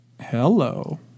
Hello